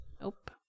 Nope